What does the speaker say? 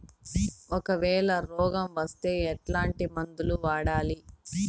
ఒకవేల రోగం వస్తే ఎట్లాంటి మందులు వాడాలి?